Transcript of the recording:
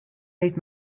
heeft